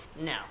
no